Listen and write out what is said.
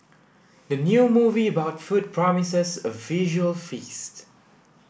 the new movie about food promises a visual feast